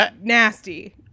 nasty